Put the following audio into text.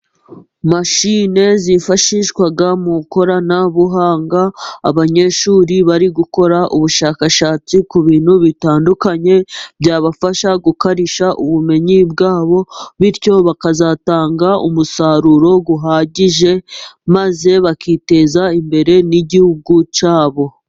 Mashine zifashishwa mu ikoranabuhanga ,abanyeshuri bari gukora ubushakashatsi ku bintu bitandukanye, byabafasha gukarishya ubumenyi bwabo ,bityo bakazatanga umusaruro uhagije maze bakiteza imbere n'igihugu cyabo.